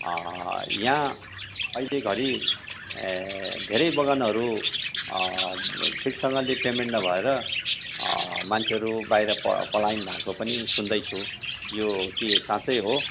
यहाँ अहिलेघरि ए धेरै बगानहरू ठिकसँगले पेमेन्ट नभएर मान्छेहरू बाहिर प पलायन भएको पनि सुन्दैछु यो के साँच्चै हो